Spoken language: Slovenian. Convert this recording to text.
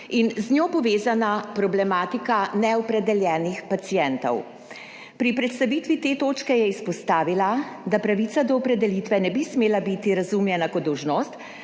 in z njo povezana problematika neopredeljenih pacientov. Pri predstavitvi te točke je izpostavila, da pravica do opredelitve ne bi smela biti razumljena kot dolžnost,